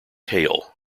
hale